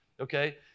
okay